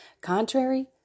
Contrary